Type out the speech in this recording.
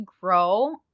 grow